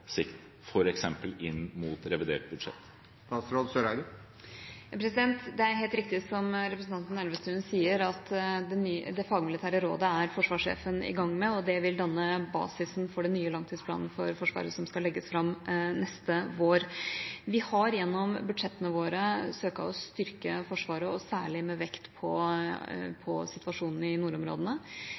sikt, f.eks. inn mot revidert budsjett? Det er helt riktig, som representanten Elvestuen sier, at forsvarssjefen er i gang med det fagmilitære rådet, og det vil danne basisen for den nye langtidsplanen for Forsvaret som skal legges fram neste vår. Vi har gjennom budsjettene våre søkt å styrke Forsvaret, og særlig med vekt på situasjonen i nordområdene.